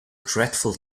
dreadful